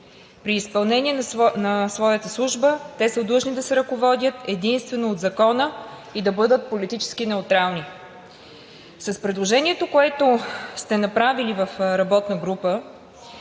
При изпълнение на своята служба те са длъжни да се ръководят единствено от закона и да бъдат политически неутрални. С предложението, което сте направили в работна група,